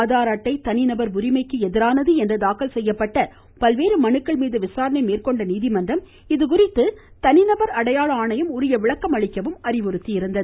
ஆதார் அட்டை தனிநபர் உரிமைக்கு எதிரானது என்று தாக்கல் செய்யப்பட்ட பல்வேறு மனுக்கள் மீது விசாரணை மேற்கொண்ட நீதிமன்றம் இதுகுறித்து தனிநபர் அடையாள ஆணையம் உரிய விளக்கம் அளிக்கவும் அறிவுறுத்தி இருந்தது